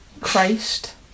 Christ